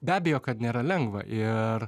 be abejo kad nėra lengva ir